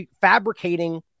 fabricating